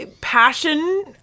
passion